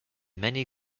many